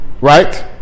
Right